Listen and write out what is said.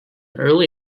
early